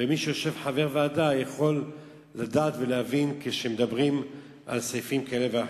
ומי שחבר הוועדה יכול לדעת ולהבין כשמדברים על סעיפים כאלה ואחרים.